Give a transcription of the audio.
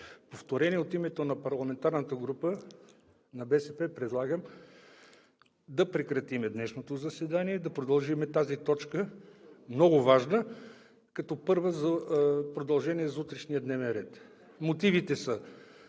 повторение. От името на парламентарната група на БСП предлагам да прекратим днешното заседание и да продължим тази много важна точка, като първа – продължение за утрешния дневен ред. Мотивите са: